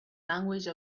language